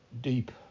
deep